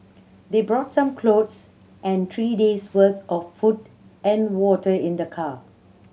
they brought some clothes and three days worth of food and water in the car